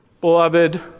beloved